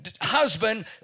husband